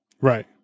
Right